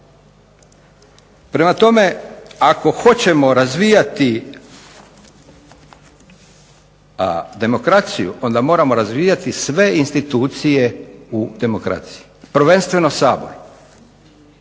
Prema tome, ako hoćemo razvijati demokraciju onda moramo razvijati sve institucije u demokraciji, prvenstveno Sabor.